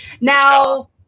Now